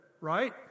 right